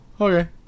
okay